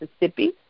Mississippi